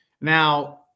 Now